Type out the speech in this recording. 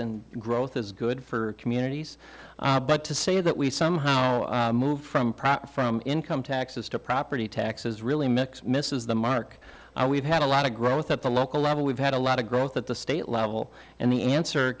and growth is good for communities but to say that we somehow move from profit from income taxes to property taxes really mix misses the mark we've had a lot of growth at the local level we've had a lot of growth at the state level and the answer